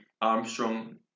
Armstrong